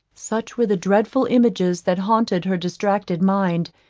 such were the dreadful images that haunted her distracted mind,